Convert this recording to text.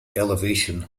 elevation